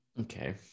Okay